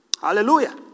Hallelujah